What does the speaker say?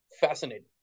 fascinating